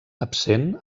absent